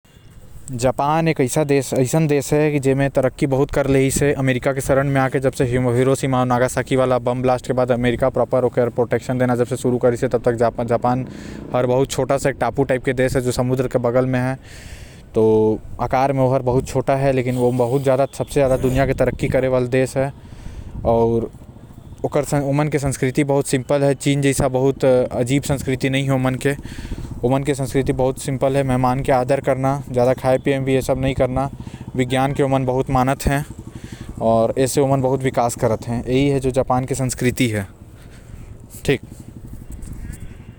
जापान एक ऐसन देश हे जो तरक्की बहुत कर लिहाज है अमेरिका के शरण म आके आऊ जब से बॉम ब्लास्ट होए है। हिरोशिमा आऊ नागासाकी म त ओकर बाद अमेरिका म प्रेशर बेनिस जापान के साथ देह म